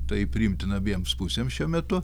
tai priimtina abiems pusėms šiuo metu